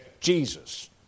Jesus